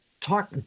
talk